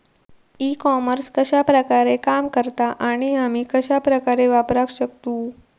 E commerce कश्या प्रकारे काम करता आणि आमी कश्या प्रकारे वापराक शकतू?